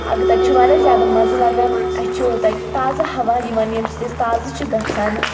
تَتہِ چھُ واریاہ زیادٕ مَزٕ لَگان اَسہِ چھُ تَتہِ تازٕ ہوا یِوَان ییٚمہِ سۭتۍ أسۍ تازٕ چھِ گژھان